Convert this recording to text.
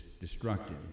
destructive